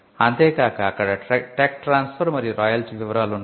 అంతే కాక అక్కడ టెక్ ట్రాన్స్ఫర్ మరియు రాయల్టీ వివరాలు ఉన్నాయి